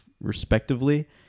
respectively